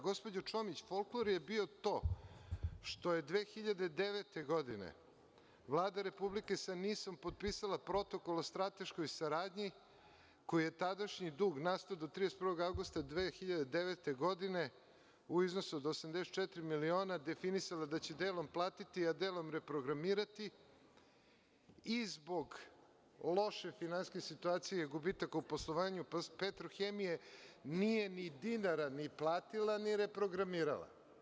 Gospođo Čomić, folklor je bio to što je 2009. godine Vlada Republike sa NIS-om potpisala protokol o strateškoj saradnji koji je tadašnji dug nastao do 31. avgusta 2009. godine u iznosu do 84 miliona, definisala da će delom platiti, a delom reprogramirati i zbog loše finansijske situacije i gubitak u poslovanju „Petrohemije“ nije ni dinara ni platila ni reprogramirala.